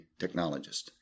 technologist